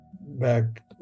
back